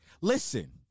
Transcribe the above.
listen